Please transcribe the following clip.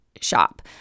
shop